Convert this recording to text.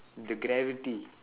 the gravity